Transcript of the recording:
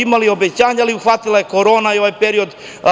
Imali obećanja, ali je uhvatila je korona i ovaj period.